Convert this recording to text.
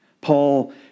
Paul